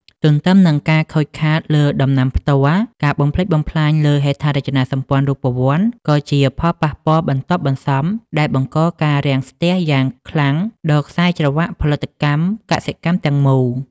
ទន្ទឹមនឹងការខូចខាតលើដំណាំផ្ទាល់ ការបំផ្លិចបំផ្លាញលើហេដ្ឋារចនាសម្ព័ន្ធរូបវន្តក៏ជាផលប៉ះពាល់បន្ទាប់បន្សំដែលបង្កការរាំងស្ទះយ៉ាងខ្លាំងដល់ខ្សែច្រវាក់ផលិតកម្មកសិកម្មទាំងមូល។